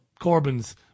Corbyn's